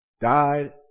died